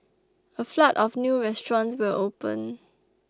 a flood of new restaurants will open